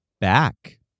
back